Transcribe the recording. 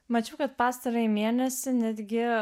mačiau kad pastarąjį mėnesį netgi